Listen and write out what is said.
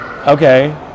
Okay